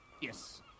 Yes